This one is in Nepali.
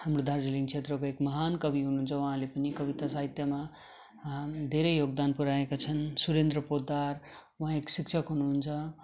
हाम्रो दार्जिलिङ क्षेत्रको एक महान कवि हुनु हुन्छ उहाँले पनि कविता साहित्यमा धेरै योगदान पुर्याएका छन् सुरेन्द्र पोद्दार उहाँ एक शिक्षक हुनु हुन्छ